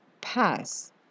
pass